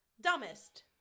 dumbest